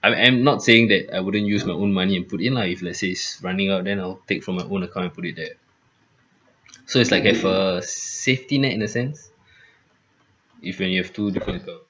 I am not saying that I wouldn't use my own money and put in lah if let's say it's running out then I'll take from my own account and put it there so it's like I've a safety net in that sense if you when you've two different account